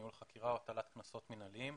ניהול חקירה או הטלת קנסות מינהליים.